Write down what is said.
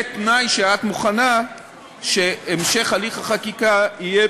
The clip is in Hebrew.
בתנאי שאת מוכנה שהמשך הליך החקיקה יהיה